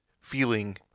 feeling